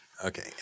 Okay